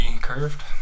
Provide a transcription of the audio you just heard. Curved